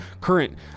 current